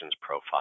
profile